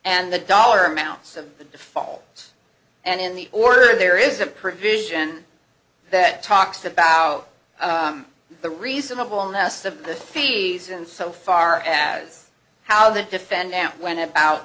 and the dollar amounts of the default and in the order there is a provision that talks about the reasonable ness of the phase in so far as how the defendant went about